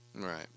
Right